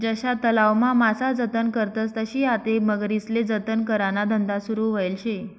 जशा तलावमा मासा जतन करतस तशी आते मगरीस्ले जतन कराना धंदा सुरू व्हयेल शे